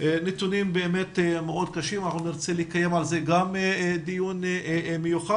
נתונים מאוד קשים ואנחנו נרצה לקיים על זה דיון מיוחד.